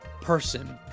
person